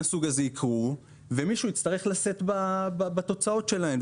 הסוג הזה יקרו ומישהו יצטרך לשאת בתוצאות שלהן.